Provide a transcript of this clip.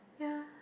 yeah